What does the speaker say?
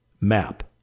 map